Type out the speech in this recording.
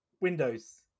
Windows